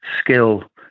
skill